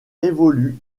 évolue